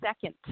second